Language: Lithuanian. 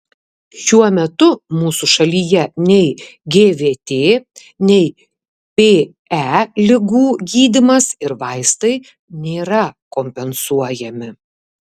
šiuo metu mūsų šalyje nei gvt nei pe ligų gydymas ir vaistai nėra kompensuojami